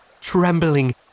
trembling